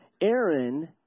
Aaron